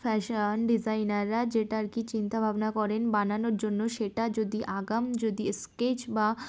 fashion ডিজাইনাররা যেটা আর কি চিন্তাভাবনা করেন বানানোর জন্য সেটা যদি আগাম যদি স্কেচ বা